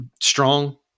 strong